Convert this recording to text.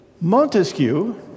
Montesquieu